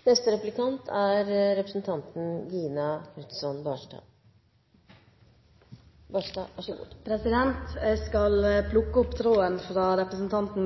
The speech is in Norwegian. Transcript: Jeg skal plukke opp tråden fra representanten